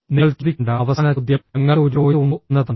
നിങ്ങൾ ചോദിക്കേണ്ട അവസാന ചോദ്യം ഞങ്ങൾക്ക് ഒരു ചോയ്സ് ഉണ്ടോ എന്നതാണ്